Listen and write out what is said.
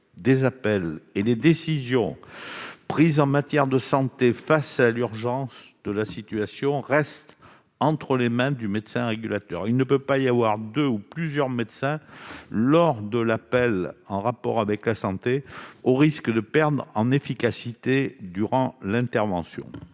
des appels et les décisions prises en matière de santé face à l'urgence de la situation restent entre les mains du médecin régulateur. Il ne peut pas y avoir deux ou plusieurs médecins lors de l'appel en rapport avec la santé, au risque de perdre en efficacité durant l'intervention.